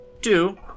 Two